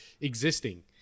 existing